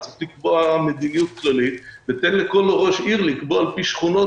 צריך לקבוע מדיניות כללית ולתת לכל ראש עירייה לקבוע לפי שכונות,